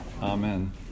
Amen